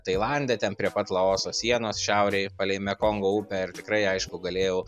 tailande ten prie pat laoso sienos šiaurėj palei mekongo upę ir tikrai aišku galėjau